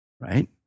Right